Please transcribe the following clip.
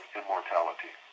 immortality